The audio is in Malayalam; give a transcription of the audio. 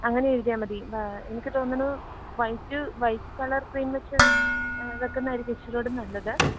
അങ്ങനെ എഴുതിയാൽ മതി എനിക്ക് തോന്നുന്നു വൈറ്റ് വൈറ്റ് കളര് ക്രീം വെച്ച് വെക്കുന്നതായിരിക്കും ഇച്ചിരികൂടെ നല്ലത്